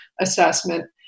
assessment